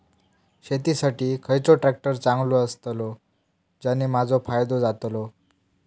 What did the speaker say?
शेती साठी खयचो ट्रॅक्टर चांगलो अस्तलो ज्याने माजो फायदो जातलो?